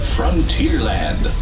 Frontierland